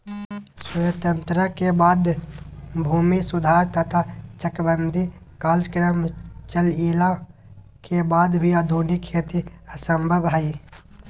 स्वतंत्रता के बाद भूमि सुधार तथा चकबंदी कार्यक्रम चलइला के वाद भी आधुनिक खेती असंभव हई